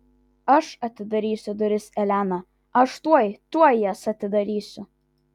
aš atidarysiu duris elena aš tuoj tuoj jas atidarysiu